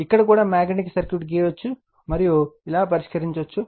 ఇక్కడ కూడా magnetic circuit గీయవచ్చు మరియు ఇలా పరిష్కరించవచ్చు